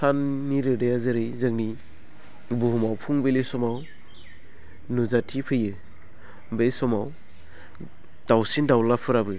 साननि रोदाया जेरै जोंनि बुहुमाव फुंबिलि समाव नुजाथिफैयो बे समाव दाउसिन दाउलाफोराबो